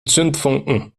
zündfunken